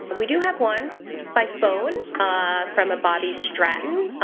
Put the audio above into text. we do have one by phone from a body stratton.